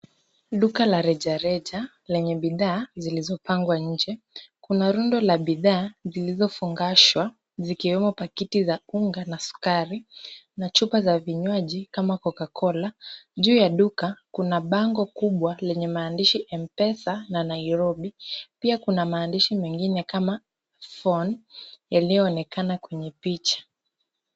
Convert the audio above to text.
Duka la rejareja lenye bidhaa zilizopangwa nje, kuna rundo la bidhaa ziliizofungashwa zikiwemo pakiti za unga na sukari, machupa za vinywaji kama Cocacola. Juu ya duka kuna bango kubwa lenye maandishi Mpesa na Nairobi. Pia kuna maandishi mengine kama phone yaliyoonekana kwenye picha.